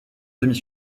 demi